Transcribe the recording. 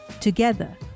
Together